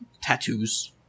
tattoos